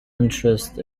interest